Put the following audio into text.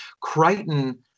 Crichton